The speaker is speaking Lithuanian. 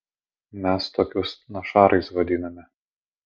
mes tokius našarais vadiname